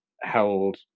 held